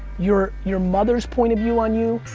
your your mother's point of view on you,